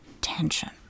tension